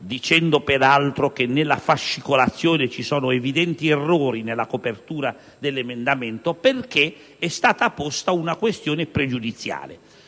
affermando che nella fascicolazione ci sono evidenti errori nella copertura dell'emendamento, perché è stata posta una questione pregiudiziale.